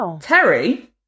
Terry